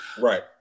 Right